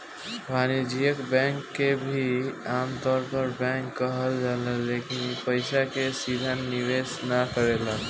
वाणिज्यिक बैंक के भी आमतौर पर बैंक कहल जाला लेकिन इ पइसा के सीधे निवेश ना करेला